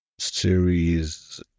Series